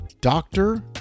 doctor